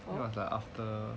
it was like after